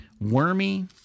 Wormy